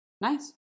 nice